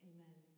Amen